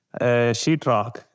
sheetrock